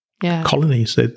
colonies